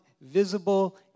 visible